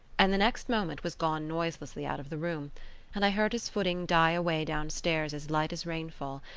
and the next moment was gone noiselessly out of the room and i heard his footing die away downstairs as light as rainfall,